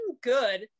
good